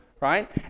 right